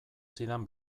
zidan